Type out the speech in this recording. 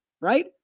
right